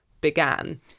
began